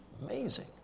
Amazing